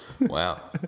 Wow